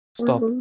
Stop